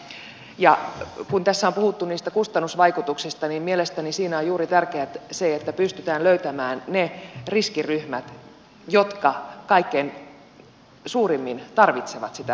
kun tässä on puhuttu niistä kustannusvaikutuksista niin mielestäni siinä on juuri tärkeää se että pystytään löytämään ne riskiryhmät jotka kaikkein suurimmin tarvitsevat sitä hoitoa